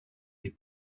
des